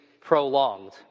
prolonged